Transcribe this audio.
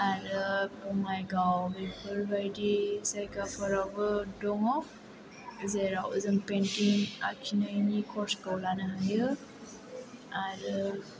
आरो बङाइगाव बेफोरबायदि जायगाफोरावबो दङ जेराव जों पेइन्टिं आखिनायनि कर्सखौ लानो हायो आरो